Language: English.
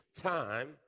time